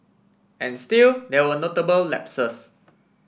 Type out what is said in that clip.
and still there were notable lapses